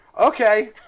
okay